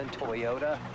Toyota